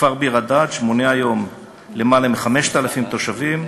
הכפר ביר-הדאג' המונה היום למעלה מ-5,000 תושבים,